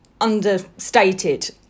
understated